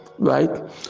Right